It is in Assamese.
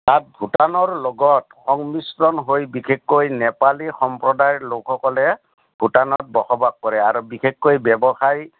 তাত ভূটানৰ লগত সংমিশ্ৰণ হৈ বিশেষকৈ নেপালী সম্প্ৰদায়ৰ লোকসকলে ভূটানত বসবাস কৰে আৰু বিশেষকৈ ব্যৱসায়